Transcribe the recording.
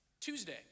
Tuesday